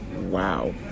Wow